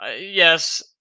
yes